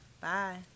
Bye